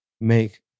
make